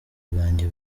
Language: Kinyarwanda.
bwanjye